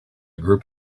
group